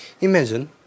Imagine